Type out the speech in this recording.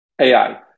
AI